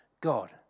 God